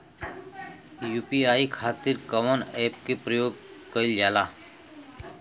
UPI खातीर कवन ऐपके प्रयोग कइलजाला?